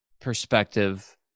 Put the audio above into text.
perspective